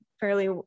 fairly